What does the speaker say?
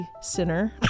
sinner